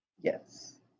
Yes